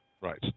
Right